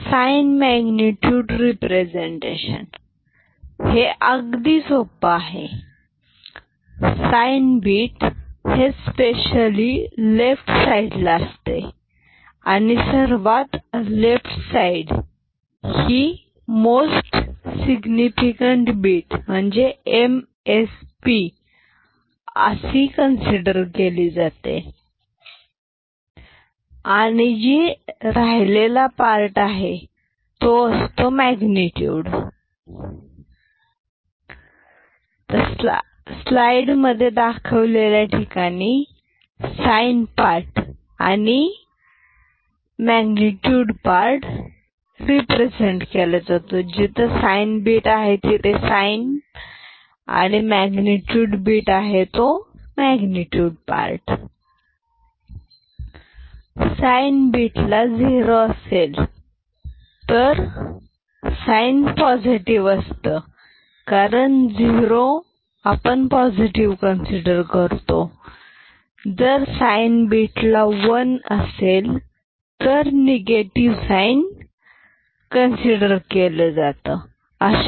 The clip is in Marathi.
साइन मॅग्नेट्युड रिप्रेझेंटेशन अगदी सोपा आहे साईं बीट हे स्पेशली लेफ्ट साईडला असते आणि सर्वात left side most significant bit consider करतात आणि राहिलेली असते स्लाइडमध्ये दाखवलेल्या ठिकाणी साईं पार्ट आणि मॅग्नेट्युड पार्ट रिप्रेझेंट केला जातो साईं बीट ला झिरो असेल तर पॉझिटिव्ह साईं ve कन्सिडर केले जातात वन असेल तर निगेटिव्ह साईं कन्सिडर केले जाते